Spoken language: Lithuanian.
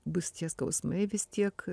bus tie skausmai vis tiek